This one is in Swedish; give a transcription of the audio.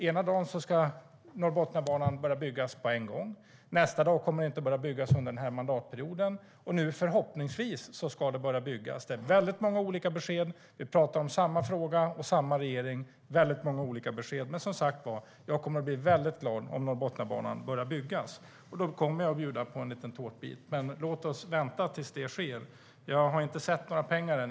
Ena dagen ska Norrbottniabanan börja byggas på en gång. Nästa dag kommer den inte att börja byggas under den här mandatperioden. Nu ska den förhoppningsvis börja byggas, men det är väldigt många olika besked. Vi pratar om samma fråga och samma regering. Det är många besked, men jag kommer som sagt att bli väldigt glad om Norrbottniabanan börjar byggas. Då kommer jag att bjuda på en liten tårtbit. Men låt oss vänta tills det sker. Jag har inte sett några pengar ännu.